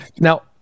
Now